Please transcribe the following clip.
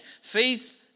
faith